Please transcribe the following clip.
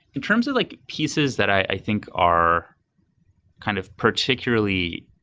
in terms of like pieces that i think are kind of particularly